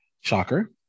Shocker